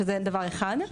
שזה דבר אחד.